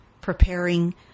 preparing